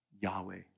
Yahweh